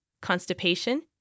constipation